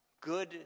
good